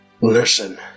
Listen